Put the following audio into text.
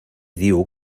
diu